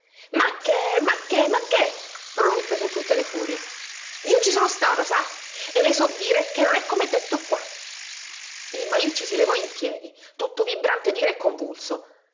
ma che ma che ma che proruppe su tutte le furie io ci sono stata sa e le so dire che non è com'è detto qua il balicci si levò in piedi tutto vibrante d'ira e convulso